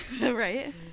right